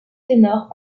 ténor